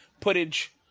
footage